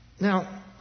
Now